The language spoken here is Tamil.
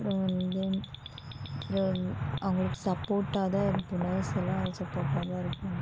அப்புறோம் வந்து அவங்குளுக்கு சப்போட்டார்தான் இருப்போம் நர்ஸெல்லாம் சப்போர்ட்டாகத்தான் இருப்பாங்க